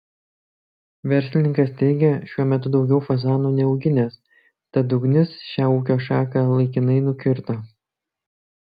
verslininkas teigė šiuo metu daugiau fazanų neauginęs tad ugnis šią ūkio šaką laikinai nukirto